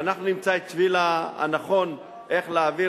ואנחנו נמצא את השביל הנכון איך להעביר